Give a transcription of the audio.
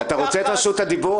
אתה רוצה רשות דיבור?